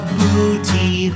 booty